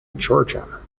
georgia